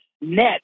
net